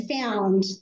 found